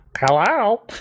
Hello